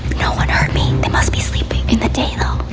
no one heard me. they must be sleeping. in the day, though.